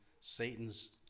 Satan's